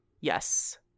Yes